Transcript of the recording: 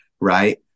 right